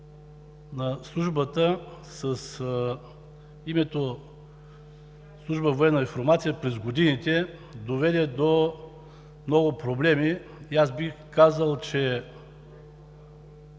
на службата с името Служба „Военна информация“ през годините доведе до много проблеми и аз бих казал, че